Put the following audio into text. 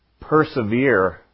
persevere